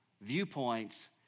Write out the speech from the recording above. viewpoints